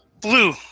Blue